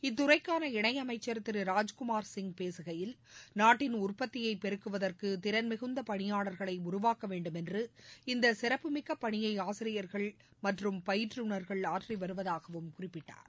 இத்துறைக்கான இணையமைச்சர் திரு ராஜ்குமார்சிங் பேசுகையில் நாட்டின் உற்பத்தியை பெருக்குவதற்கு திறன் மிகுந்த பணியாளர்களை உருவாக்கவேண்டும் என்று இந்த சிறப்பு மிக்க பணியை ஆசிரியர்கள் மற்றும் பயிற்றுனர்கள் ஆற்றிவருவதாகவும் குறிப்பிட்டார்